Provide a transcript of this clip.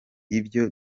ibyo